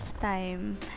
time